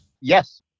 Yes